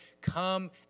come